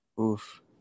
Oof